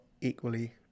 equally